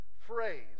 phrase